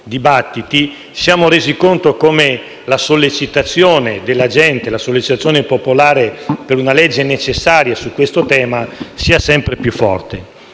dibattiti, ci siamo resi conto come la sollecitazione della gente, la sollecitazione popolare per una legge necessaria su questo tema sia sempre più forte.